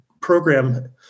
program